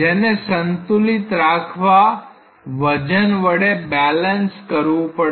જેને સંતુલિત રાખવા વજન વડે બેલેન્સ કરવું પડશે